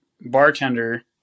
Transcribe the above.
bartender